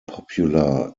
popular